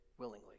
willingly